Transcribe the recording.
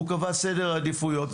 הוא קבע סדר עדיפויות,